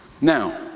Now